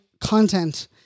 content